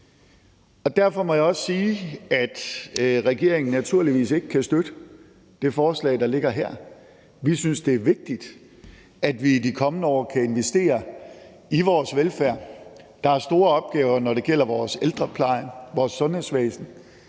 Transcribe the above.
Derfor må jeg også sige, at regeringen naturligvis ikke kan støtte det forslag, der ligger her. Vi synes, at det er vigtigt, at vi i de kommende år kan investere i vores velfærd. Der er store opgaver, når det gælder vores ældrepleje, vores sundhedsvæsen,